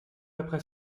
après